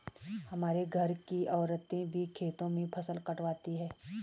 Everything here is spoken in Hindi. हमारे घर की औरतें भी खेतों में फसल कटवाती हैं